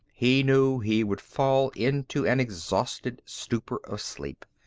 he knew he would fall into an exhausted stupor of sleep,